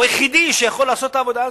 והוא היחידי שיכול לעשות את העבודה הזאת,